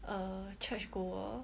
a church goer